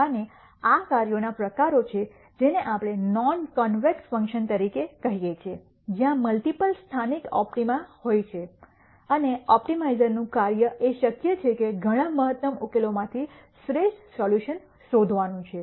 અને આ કાર્યોનાં પ્રકારો છે જેને આપણે નોન કોન્વેક્સ ફંક્શન્સ તરીકે કહીએ છીએ જ્યાં મલ્ટિપલ સ્થાનિક ઓપ્ટિમા હોય છે અને ઓપ્ટિમાઇઝરનું કાર્ય એ શક્ય છે કે ઘણા મહત્તમ ઉકેલોમાંથી શ્રેષ્ઠ સોલ્યુશન શોધવાનું છે